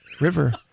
River